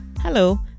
Hello